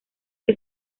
que